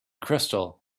crystal